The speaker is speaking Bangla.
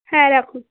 হ্যাঁ রাখুন